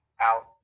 out